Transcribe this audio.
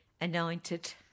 Anointed